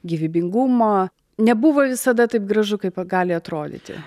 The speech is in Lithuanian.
gyvybingumo nebuvo visada taip gražu kaip gali atrodyti